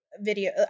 video